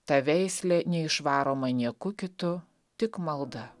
ta veislė neišvaroma nieku kitu tik malda